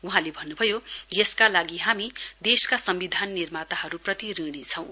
वहाँले भन्नुभयो यसका लागि हामी देशका सम्बिधान निर्माताहरूप्रति ऋणी छौं